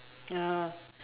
ya